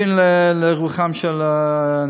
אני מבין לרוחם של הנכים.